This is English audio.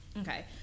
Okay